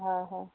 হয় হয়